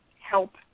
help